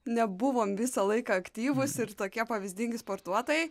nebuvom visą laiką aktyvūs ir tokie pavyzdingi sportuotojai